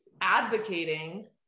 advocating